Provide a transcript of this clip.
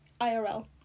IRL